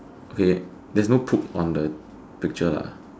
okay there's no poop on the picture lah